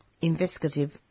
investigative